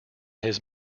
his